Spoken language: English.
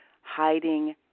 hiding